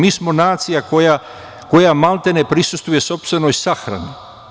Mi smo nacija koja, maltene, prisustvuje sopstvenoj sahrani.